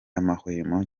amahwemo